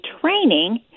training